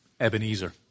Ebenezer